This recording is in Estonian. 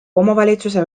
omavalitsuse